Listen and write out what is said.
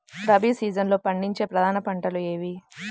రబీ సీజన్లో పండించే ప్రధాన పంటలు ఏమిటీ?